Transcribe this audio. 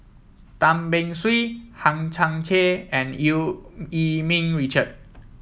Tan Beng Swee Hang Chang Chieh and Eu Yee Ming Richard